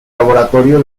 laboratorio